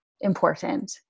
important